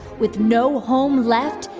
with no home left,